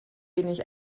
wenig